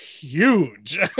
huge